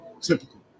Typical